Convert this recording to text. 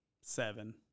Seven